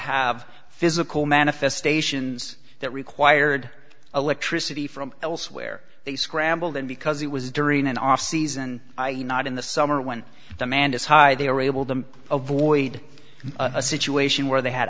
have physical manifestations that required electricity from elsewhere they scrambled and because it was during an off season i e not in the summer when demand is high they were able to avoid a situation where they had